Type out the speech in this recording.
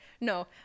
no